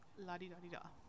la-di-da-di-da